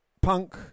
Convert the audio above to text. Punk